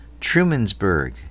Trumansburg